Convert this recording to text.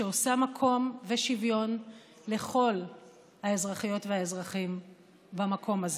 שעושה מקום ושוויון לכל האזרחיות והאזרחים במקום הזה.